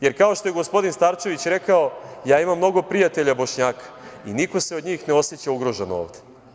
Jer, kao što je i gospodin Starčević rekao, ja imam mnogo prijatelja Bošnjaka i niko se od njih ne oseća ugrožena ovde.